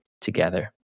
together